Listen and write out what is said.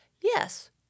Yes